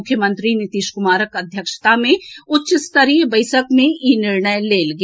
मुख्यमंत्री नीतीश कुमारक अध्यक्षता मे उच्च स्तरीय बैसक मे ई निर्णय लेल गेल